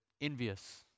envious